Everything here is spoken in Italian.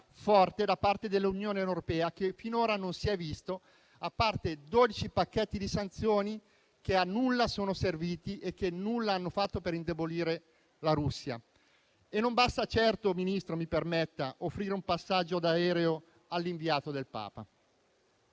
da parte dell'Unione europea, che finora non si è vista, a parte dodici pacchetti di sanzioni che a nulla sono serviti e che nulla hanno fatto per indebolire la Russia. E non basta certo, Ministro - mi permetta - offrire un passaggio in aereo all'inviato del Papa.